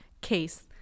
case